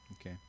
Okay